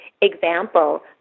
example